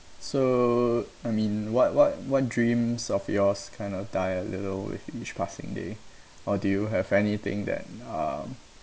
so I mean what what what dreams of yours kind of die a little with each passing day or do you have anything that um